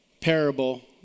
parable